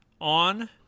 on